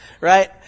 right